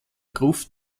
gruft